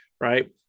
right